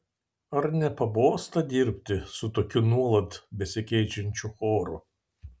ar nepabosta dirbti su tokiu nuolat besikeičiančiu choru